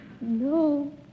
No